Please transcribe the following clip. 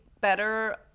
better